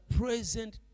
present